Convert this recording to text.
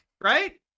right